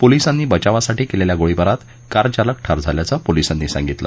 पोलिसांनी बचावासाठी केलेल्या गोळीबारात कारचालक ठार झाल्याचं पोलिसांनी सांगितलं